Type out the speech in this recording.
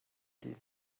gehen